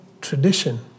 tradition